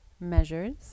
measures